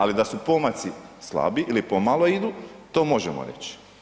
Ali da su pomaci slabi ili pomalo idu to možemo reći.